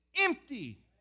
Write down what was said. empty